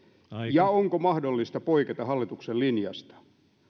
ja onko mahdollista poiketa hallituksen linjasta